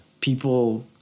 people